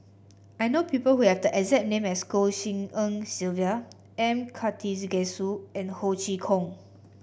I know people who have the exact name as Goh Tshin En Sylvia M Karthigesu and Ho Chee Kong